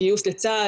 גיוס לצה"ל,